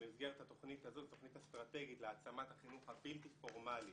זו תוכנית אסטרטגית להעצמת החינוך הבלתי פורמלי